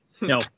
No